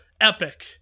epic